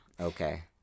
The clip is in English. okay